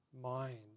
mind